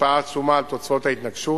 השפעה עצומה על תוצאות ההתנגשות.